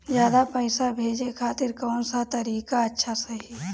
ज्यादा पईसा भेजे खातिर कौन सा तरीका अच्छा रही?